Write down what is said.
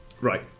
right